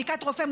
בדיקת רופא,